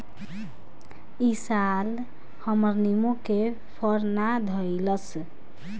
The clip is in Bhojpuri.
इ साल हमर निमो के फर ना धइलस